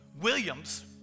Williams